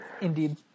Indeed